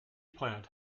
plant